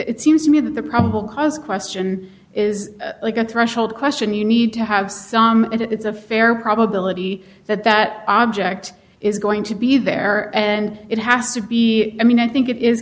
it seems to me that the probable cause question is like a threshold question you need to have some it's a fair probability that that object is going to be there and it has to be i mean i think it is